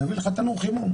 אני אביא לך תנור חימום...